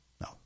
no